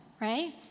Right